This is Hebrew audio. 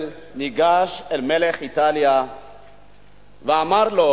ניגש הרצל אל מלך איטליה ואמר לו: